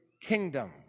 kingdom